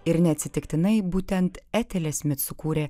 ir neatsitiktinai būtent etelė smit sukūrė